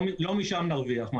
לא משם נרוויח.